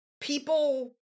People